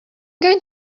going